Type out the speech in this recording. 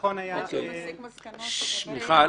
עד שהוא מסיק מסקנות --- ששש, מיכל.